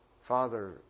father